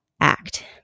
act